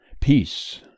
Peace